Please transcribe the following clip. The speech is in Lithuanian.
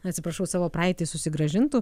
atsiprašau savo praeitį susigrąžintų